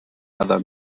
other